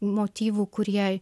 motyvų kurie